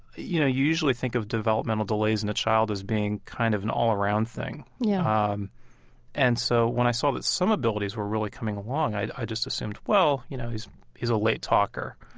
you know, you usually think of developmental delays in a child as being kind of an all-around thing yeah um and so when i saw that some abilities were really coming along, i just assumed, well, you know, he's he's a late talker.